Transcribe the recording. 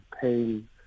pain